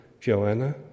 Joanna